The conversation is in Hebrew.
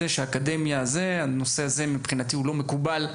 מבחינתי נושא האקדמיה לא מקובל.